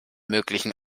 möglichen